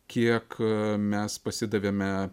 kiek mes pasidavėme